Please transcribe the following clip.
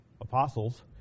apostles